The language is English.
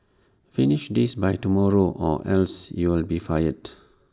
finish this by tomorrow or else you will be fired